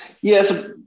Yes